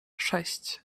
sześć